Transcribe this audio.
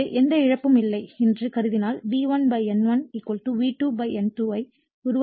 எனவே எந்த இழப்பும் இல்லை என்று கருதினால் V1 N1 V2 N2 ஐ உருவாக்க முடியும்